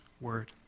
word